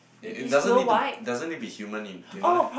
it doesn't need to doesn't need be human do you know that